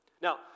Now